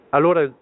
Allora